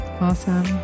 Awesome